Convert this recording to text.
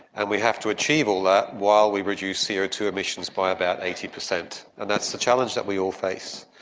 and we have to achieve all that while we reduce c o two emissions by about eighty percent, and that's the challenge that we all face.